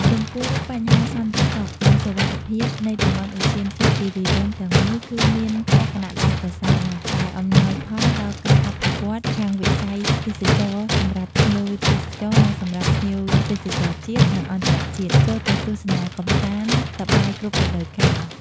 ចំពោះបញ្ហាសន្តិសុខ និងសុវត្ថិភាពនៃតំបន់ឧទ្យានជាតិគិរីរម្យទាំងមូល គឺមានលក្ខណៈល្អប្រសើរណាស់ ដែលអំណោយផលដល់ការអភិវឌ្ឍន៍ ខាងវិស័យទេសចរណ៍សម្រាប់ភ្ញៀវទេសចរណ៍និងសម្រាប់ភ្ញៀវទេសចរណ៍ជាតិ និងអន្តរជាតិ ចូលទៅទស្សនាកម្សាន្តសប្បាយគ្រប់រដូវកាល។